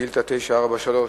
לפרוטוקול)